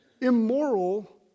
immoral